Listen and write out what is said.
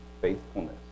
faithfulness